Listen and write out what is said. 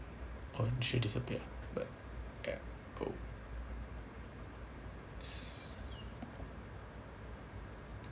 oh she disappeared but ya oh